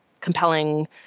compelling